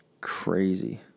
Crazy